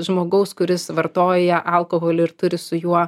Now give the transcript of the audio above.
žmogaus kuris vartoja alkoholį ir turi su juo